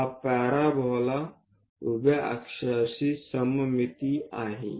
हा पॅराबोला उभ्या अक्षाशी सममिती आहे